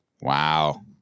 Wow